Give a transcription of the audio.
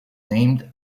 named